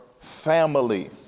family